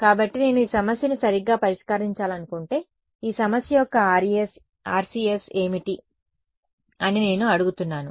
కాబట్టి నేను ఈ సమస్యను సరిగ్గా పరిష్కరించాలనుకుంటే ఈ సమస్య యొక్క RCS ఏమిటి అని నేను అడుగుతున్నాను